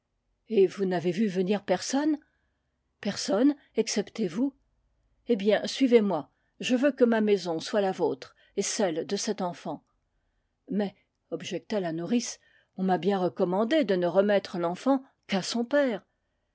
et vous n'avez vu venir personne personne excepté vous eh bien suivez-moi je veux que ma maison soit la vôtre et celle de cet enfant mais objecta la nourrice on m'a bien recommandé de ne remettre l'enfant qu'à son père